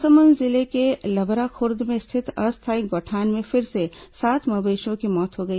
महासमुंद जिले के लभराखुर्द में स्थित अस्थायी गौठान में फिर से सात मवेशियों की मौत हो गई